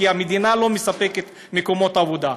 המדינה לא מספקת מקומות עבודה.